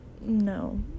No